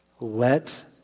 let